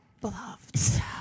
beloved